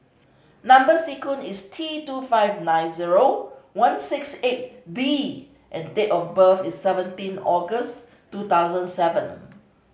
number sequence is T two five nine zero one six eight D and date of birth is seventeen August two thousand seven